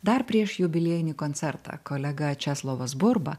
dar prieš jubiliejinį koncertą kolega česlovas burba